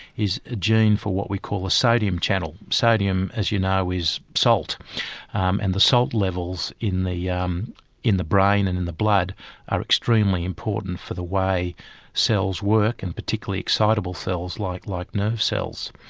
is a gene for what we call the ah sodium channel. sodium as you know is salt um and the salt levels in the yeah um in the brain and in the blood are extremely important for the way cells work and particularly excitable cells like like nerve cells.